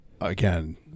again